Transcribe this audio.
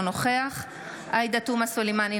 אינו נוכח עאידה תומא סלימאן,